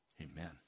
Amen